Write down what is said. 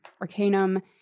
arcanum